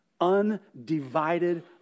undivided